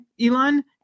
Elon